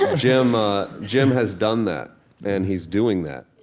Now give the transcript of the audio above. ah jim ah jim has done that and he's doing that,